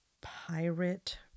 pirate